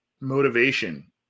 motivation